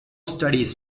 studies